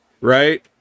right